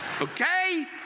okay